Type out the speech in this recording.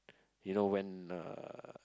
you know when uh